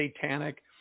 satanic